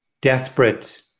desperate